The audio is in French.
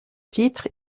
titre